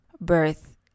birth